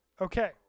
Okay